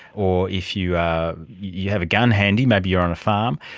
or if you ah you have a gun handy, maybe you're on a farm,